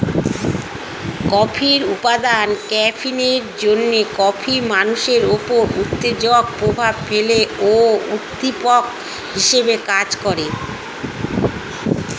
কফির উপাদান ক্যাফিনের জন্যে কফি মানুষের উপর উত্তেজক প্রভাব ফেলে ও উদ্দীপক হিসেবে কাজ করে